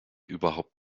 überhaupt